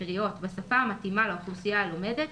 וקריאות ובשפה המתאימה לאוכלוסייה הלומדת,